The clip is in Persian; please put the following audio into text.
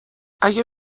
اگه